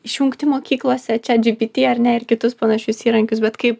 išjungti mokyklose chat gpt ar ne ir kitus panašius įrankius bet kaip